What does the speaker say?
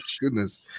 Goodness